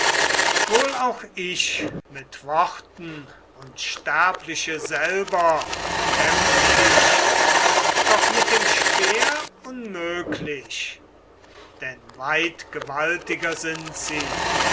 wohl auch ich mit worten unsterbliche selber bekämpft ich doch mit dem speer unmöglich denn weit gewaltiger sind sie